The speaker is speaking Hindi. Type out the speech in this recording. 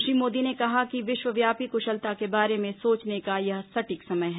श्री मोदी ने कहा कि विश्वव्यापी कुशलता के बारे में सोचने का यह सटीक समय है